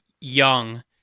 young